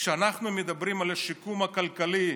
כשאנחנו מדברים על השיקום הכלכלי,